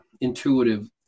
intuitive